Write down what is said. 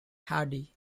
hardie